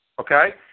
okay